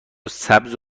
سبز